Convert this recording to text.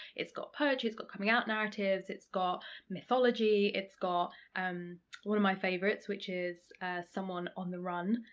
it's got poetry, it's got coming out narratives, it's got mythology, it's got um one of my favourites, which is someone on the run,